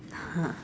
!huh!